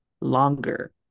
longer